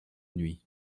nuit